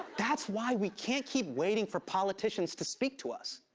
that's why we can't keep waiting for politicians to speak to us.